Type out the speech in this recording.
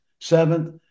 seventh